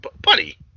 Buddy